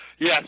Yes